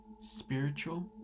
spiritual